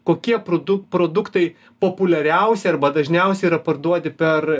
kokie du produktai populiariausi arba dažniausiai yra parduodi per